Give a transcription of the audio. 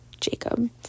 Jacob